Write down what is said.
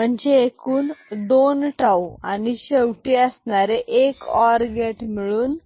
म्हणजे एकूण दोन टाऊ आणि शेवटी असणारे एक ओर गेट मिळून